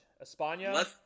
Espana